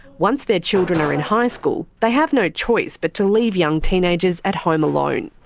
once their children are in high school, they have no choice but to leave young teenagers at home alone.